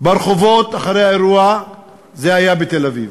ברחובות אחרי האירוע היה בתל-אביב.